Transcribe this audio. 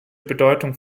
bedeutung